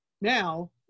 now